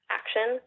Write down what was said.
action